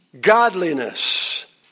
godliness